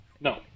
No